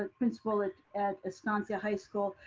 principal at at estancia high school,